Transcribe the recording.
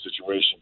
situation